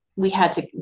we had to,